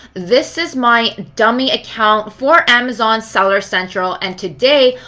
this is my dummy account for amazon seller central. and today,